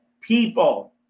people